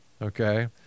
Okay